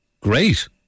Great